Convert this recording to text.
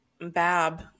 Bab